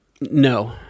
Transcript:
no